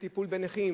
בטיפול בנכים,